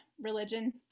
religion